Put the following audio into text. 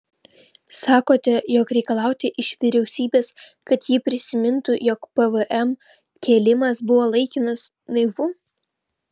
sakote jog reikalauti iš vyriausybės kad ji prisimintų jog pvm kėlimas buvo laikinas naivu